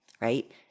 right